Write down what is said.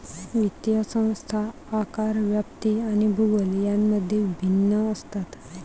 वित्तीय संस्था आकार, व्याप्ती आणि भूगोल यांमध्ये भिन्न असतात